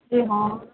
जी हाँ